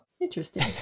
interesting